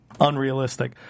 unrealistic